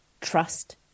trust